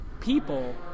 people